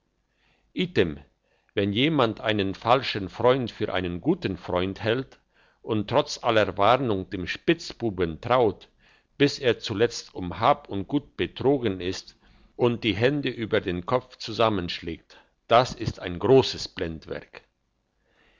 wenn jemand einen falschen freund für einen guten freund hält und trotz aller warnung dem spitzbuben traut bis er zuletzt um hab und gut betrogen ist und die hände über dem kopf zusammenschlägt das ist ein grosses blendwerk